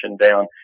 down